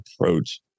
approach